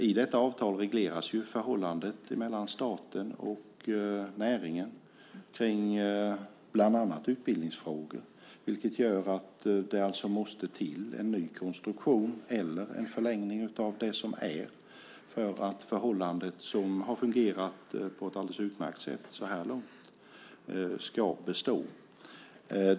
I detta avtal regleras förhållandet mellan staten och näringen när det gäller bland annat utbildningsfrågor. Det gör att det alltså måste till en ny konstruktion eller en förlängning av den som råder för att förhållandet, som har fungerat på ett alldeles utmärkt sätt så här långt, ska bestå.